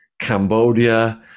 Cambodia